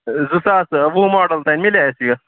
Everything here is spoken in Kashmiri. زٕ ساس وُہ ماڈل تانۍ میلے اَسہِ یہِ